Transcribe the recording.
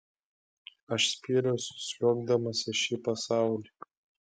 aš spyriausi sliuogdamas į šį pasaulį